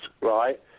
right